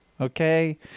Okay